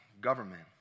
government